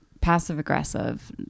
passive-aggressive